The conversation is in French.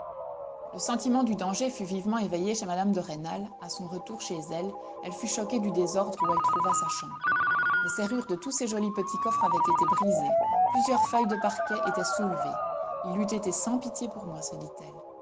le sentiment du danger fut vivement éveillé chez mme de rênal à son retour chez elle elle fut choquée du désordre où elle trouva sa chambre les serrures de tous ses jolis petits coffres avaient été brisées plusieurs feuilles de parquet étaient soulevées il eût été sans pitié pour moi se dit-elle